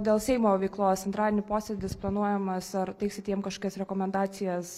dėl seimo veiklos antradienį posėdis planuojamas ar teiksit jiem kažkokias rekomendacijas